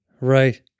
Right